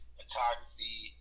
photography